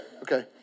Okay